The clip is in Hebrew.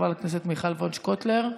חברת הכנסת מיכל וונש קוטלר,